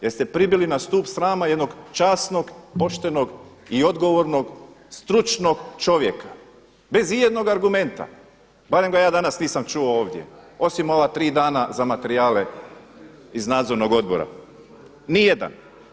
Jer ste pribili na stup srama jednog časnog, poštenog i odgovornog, stručnog čovjeka bez ijednog argumenta, barem ja ga danas nisam čuo ovdje, osim za ova tri dana za materijale iz nadzornog odbora, nijedan.